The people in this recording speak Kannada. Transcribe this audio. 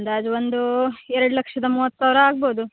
ಅಂದಾಜು ಒಂದು ಎರಡು ಲಕ್ಷದ ಮೂವತ್ತು ಸಾವಿರ ಆಗ್ಬೋದು